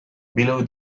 below